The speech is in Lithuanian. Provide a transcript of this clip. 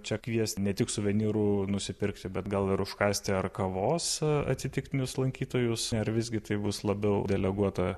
čia kviest ne tik suvenyrų nusipirkti bet gal ir užkąsti ar kavos atsitiktinius lankytojus ar visgi tai bus labiau deleguota